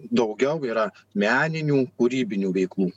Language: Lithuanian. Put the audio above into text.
daugiau yra meninių kūrybinių veiklų